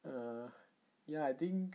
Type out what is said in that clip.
err ah I think